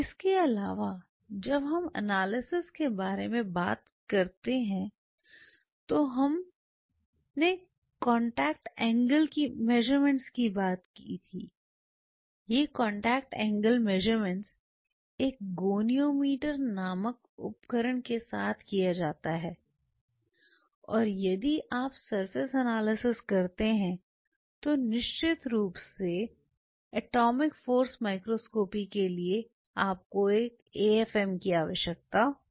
इसके अलावा जब हमने विश्लेषण के बारे में बात की तो हमने कांटेक्ट एंगल मेज़रमेंट्स के बारे में बात की ये कांटेक्ट एंगल मेज़रमेंट्स एक गोनियोमीटर नामक उपकरण के साथ किया जा सकता है और यदि आप सरफेस एनालिसिस करते हैं तो निश्चित रूप से एटॉमिक फाॅर्स माइक्रोस्कोपी के लिए आपको एक एएफएम की आवश्यकता होती है